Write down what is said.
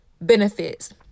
benefits